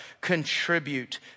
contribute